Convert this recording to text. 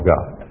God